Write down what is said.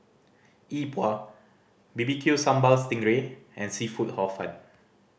Yi Bua B B Q Sambal sting ray and seafood Hor Fun